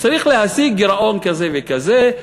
שצריך להשיג גירעון כזה וכזה.